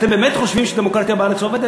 אתם באמת חושבים שבארץ הדמוקרטיה עובדת?